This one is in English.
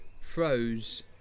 Froze